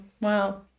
Wow